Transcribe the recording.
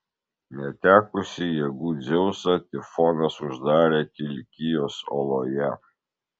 netekusį jėgų dzeusą tifonas uždarė kilikijos oloje